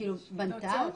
ולא בנתה?